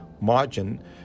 margin